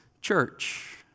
church